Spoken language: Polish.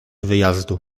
wyjazdu